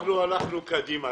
אנחנו הולכים קדימה.